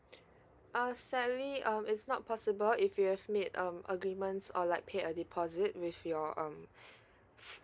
uh sally um is not possible if you've made um agreements or like pay a deposit with your um